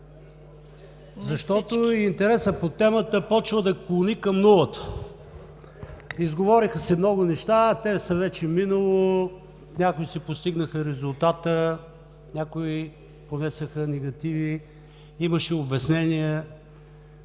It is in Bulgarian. Защото интересът по темата започва да клони към нулата. Изговориха се много неща, те са вече минало, някои си постигнаха резултата, някои понесоха негативи. Имаше обяснения,